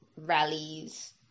rallies